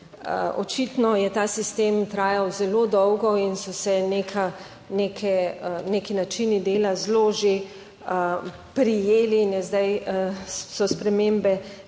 Očitno je ta sistem trajal zelo dolgo in so se neka, neke, neki načini dela zelo že prijeli in je zdaj, so spremembe težke,